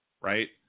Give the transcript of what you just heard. right